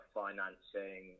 financing